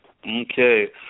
Okay